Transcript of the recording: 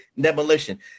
Demolition